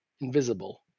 invisible